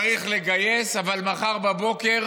צריך לגייס, אבל מחר בבוקר